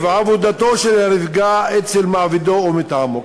עבודתו של הנפגע אצל מעבידו או מטעמו.